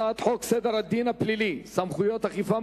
הצעת חוק סדר הדין הפלילי (סמכויות אכיפה,